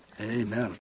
amen